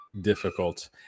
difficult